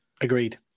Agreed